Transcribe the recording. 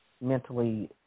mentally